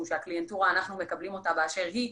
שאנחנו מקבלים את הקליינטורה באשר היא.